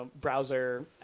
browser